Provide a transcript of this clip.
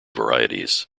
varieties